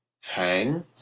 Hang